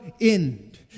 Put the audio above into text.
end